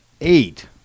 eight